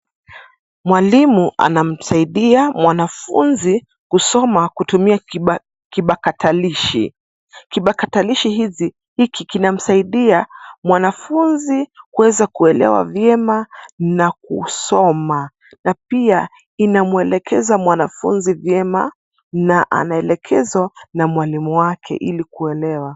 Mwalimu anamsaidia mwanafunzi kusoma kutumia kibatakalishi. Kibatakalishi hiki kinamsaidia mwanafunzi kuweza kuelewa vyema na kusoma na pia inamwelekeza mwanafunzi vyema na maelekezo na mwalimu wake ili kuelewa.